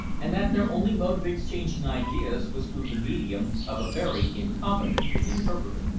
and that their only mode of exchanging ideas was through the medium of a very incompetent interpreter.